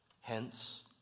Hence